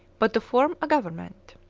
but to form a government.